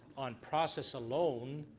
on process alone,